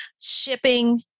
shipping